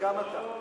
גם אתה.